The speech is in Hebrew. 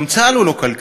גם צה"ל הוא לא כלכלי,